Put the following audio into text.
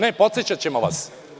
Ne, podsećaćemo vas.